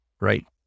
Right